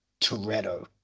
Toretto